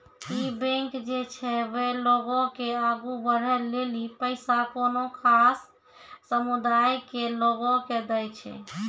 इ बैंक जे छै वें लोगो के आगु बढ़ै लेली पैसा कोनो खास समुदाय के लोगो के दै छै